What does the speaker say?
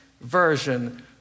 version